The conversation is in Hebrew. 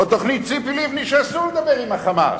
או תוכנית ציפי לבני שאסור לדבר עם ה"חמאס"?